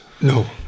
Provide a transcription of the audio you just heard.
No